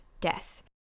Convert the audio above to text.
death